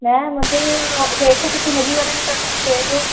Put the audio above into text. न मुंहिंजे रेट कीथे मिली वञेव त तव्हां चए जो